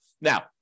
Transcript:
Now